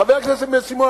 חבר הכנסת בן-סימון,